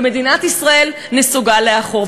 ומדינת ישראל נסוגה לאחור.